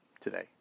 today